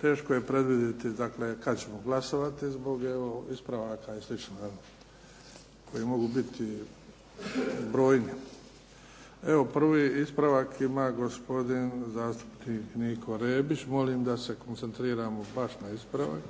Teško je predvidjeti dakle kad ćemo glasovati zbog evo ispravaka i slično koji mogu biti brojni. Prvi ispravak ima gospodin zastupnik Niko Rebić. Molim da se koncentriramo baš na ispravak.